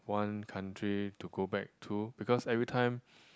one country to go back to because everytime